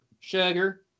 sugar